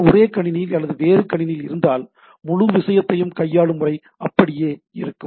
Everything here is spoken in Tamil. அது ஒரே கணினியில் அல்லது வேறு கணினியில் இருந்தால் முழு விஷயத்தையும் கையாளும் முறை அப்படியே இருக்கும்